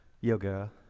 Yoga